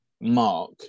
Mark